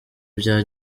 bya